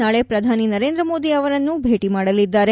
ನಾಳಿ ಪ್ರಧಾನಿ ನರೇಂದ್ರ ಮೋದಿ ಅವರನ್ನೂ ಭೇಟಿ ಮಾಡಲಿದ್ದಾರೆ